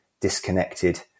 disconnected